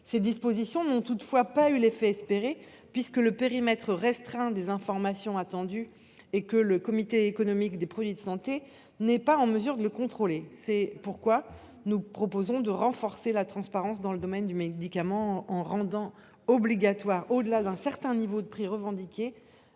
Ces dispositions n’ont toutefois pas eu l’effet escompté, en raison du périmètre restreint des informations attendues, mais aussi parce que le CEPS n’est pas en mesure de les contrôler. C’est pourquoi nous proposons de renforcer la transparence dans le domaine du médicament en rendant obligatoire, au delà d’un certain niveau de prix revendiqué,